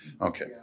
Okay